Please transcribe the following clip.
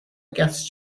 guessed